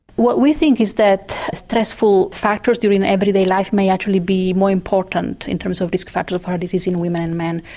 what we think is that stressful factors during everyday life may actually be more important in terms of risk factors of heart disease in women and men.